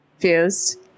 confused